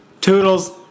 Toodles